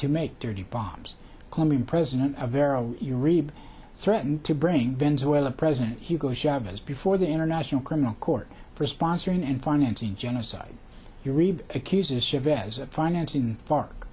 to make dirty bombs colombian president of arrow you reap threatened to bring venezuela president hugo chavez before the international criminal court for sponsoring and financing genocide you read accuses chavez of financing fark